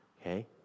Okay